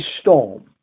storm